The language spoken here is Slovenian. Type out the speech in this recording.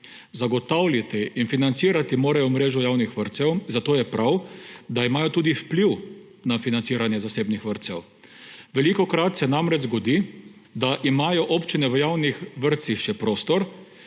Zagotavljati in financirati morajo mrežo javnih vrtcev, zato je prav, da imajo tudi vpliv na financiranje zasebnih vrtcev. Velikokrat se namreč zgodi, da imajo občine v javnih vrtcih še prostor,